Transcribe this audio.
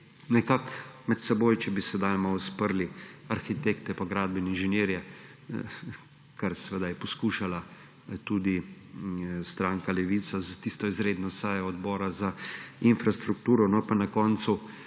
poskusa, če bi sedaj malo sprli arhitekte pa gradbene inženirje, kar seveda je poskušala tudi stranka Levica s tisto izredno sejo Odbora za infrastrukturo, pa je na koncu